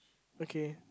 okay